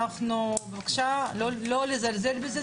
אנחנו בבקשה לא לזלזל בזה,